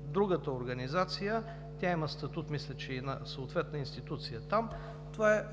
другата организация – мисля, че тя там има статут на съответна институция,